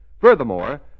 Furthermore